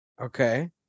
Okay